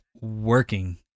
working